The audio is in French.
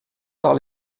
par